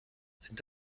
sind